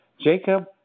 Jacob